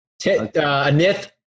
Anith